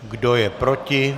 Kdo je proti?